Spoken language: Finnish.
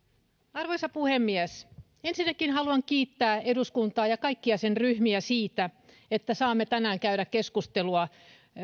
arvoisa puhemies ensinnäkin haluan kiittää eduskuntaa ja kaikkia sen ryhmiä siitä että saamme tänään käydä keskustelua